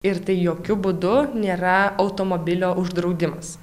ir tai jokiu būdu nėra automobilio uždraudimas